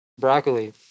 broccoli